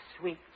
Sweet